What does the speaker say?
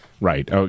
right